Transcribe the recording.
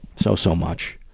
so, so much.